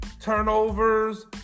turnovers